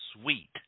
sweet